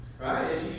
right